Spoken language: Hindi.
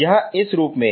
यह इस रूप में है